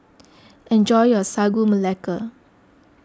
enjoy your Sagu Melaka